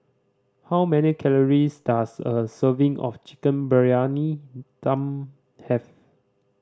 how many calories does a serving of Chicken Briyani Dum have